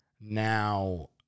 Now